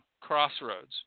crossroads